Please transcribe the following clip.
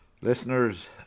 Listeners